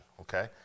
okay